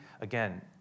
Again